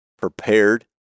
prepared